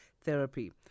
therapy